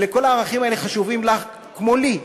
כל הערכים האלה חשובים לך כמו לי.